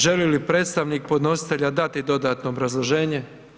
Želi li predstavnik podnositelja dati dodatno obrazloženje?